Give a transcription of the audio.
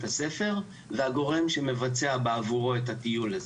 הספר והגורם שמבצע בעבורו את הטיול הזה.